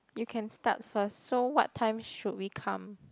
you can start first so what time should we come